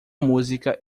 música